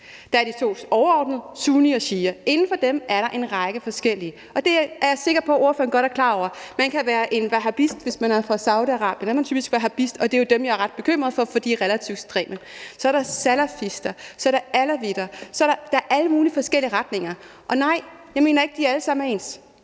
Der er de to store overordnede, sunni og shia, og inden for dem er der en række forskellige retninger, og det er jeg sikker på at ordføreren godt er klar over. Man kan være en wahhabist, hvis man er fra Saudi-Arabien – der er man typisk wahhabist, og det er jo dem, jeg er ret bekymret for, for de er relativt ekstreme. Så er der salafister og alawitter – der er alle mulige forskellige retninger. Og nej, jeg mener ikke, at de alle sammen er